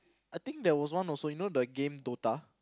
I think there was one also you know the game Dota